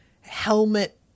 helmet